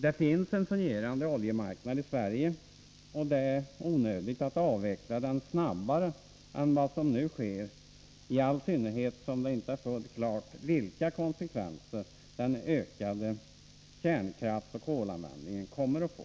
Det finns en fungerande oljemarknad i Sverige, och det är onödigt att avveckla den snabbare än vad som nu sker, i all synnerhet som det inte är fullt klart vilka konsekvenser den ökande kärnkraftsoch kolanvändningen kommer att få.